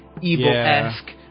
evil-esque